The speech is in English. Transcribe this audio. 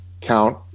count